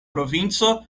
provinco